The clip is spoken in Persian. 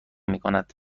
میکند